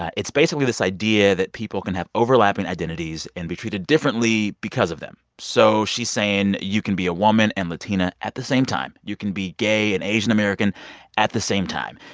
it's basically this idea that people can have overlapping identities and be treated differently because of them. so she's saying that you can be a woman and latina at the same time. you can be gay and asian american at the same time.